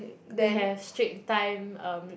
they have strict time um